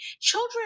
children